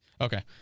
okay